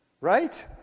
Right